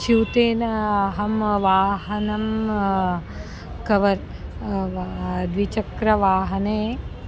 स्यूतेन अहं वाहनं कवर् द्विचक्रवाहने